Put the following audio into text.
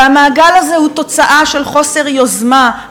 והמעגל הזה הוא תוצאה של חוסר יוזמה,